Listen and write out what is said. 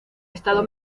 estado